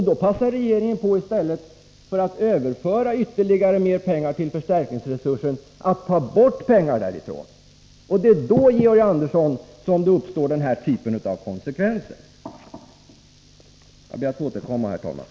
Då passar regeringen på, att i stället för att överföra pengar till förstärkningsresursen, ta bort pengar därifrån. Det är då, Georg Andersson, som den här typen av negativa konsekvenser uppstår. Jag ber att få återkomma, herr talman.